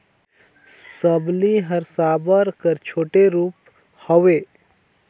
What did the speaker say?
सबली हर साबर कर छोटे रूप हवे